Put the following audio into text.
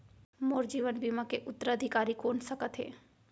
मोर जीवन बीमा के उत्तराधिकारी कोन सकत हे?